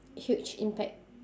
huge impact